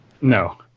No